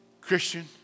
Christian